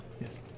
Yes